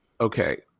Okay